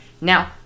Now